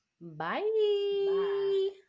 bye